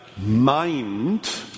mind